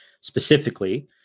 specifically